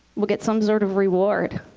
we'll get some sort of reward.